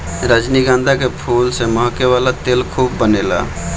रजनीगंधा के फूल से महके वाला तेल खूब बनेला